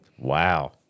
Wow